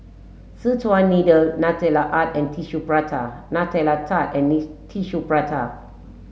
Szechuan Needle Nutella Art and Tissue Prata Nutella Tart and Need Tissue Prata